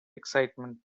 excitement